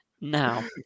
now